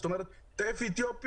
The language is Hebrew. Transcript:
זאת אומרת טף אתיופי,